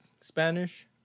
Spanish